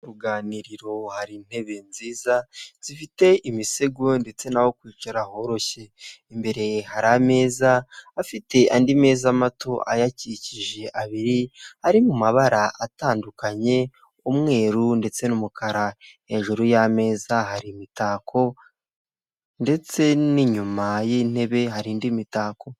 Mu ruganiriro hari intebe nziza zifite imisego ndetse n'aho kwicara horoshye, imbere hari ameza afite andi meza mato ayakikije abiri ari mu mabara atandukanye umweru ndetse n'umukara, hejuru y'ameza hari imitako ndetse n'inyuma y'intebe hari indi mitako.